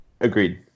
Agreed